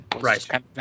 Right